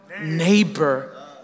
neighbor